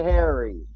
Harry